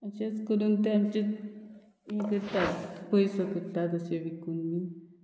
अशेंच करून तें आमचे हे करतात पयसो करता तशे विकून बीन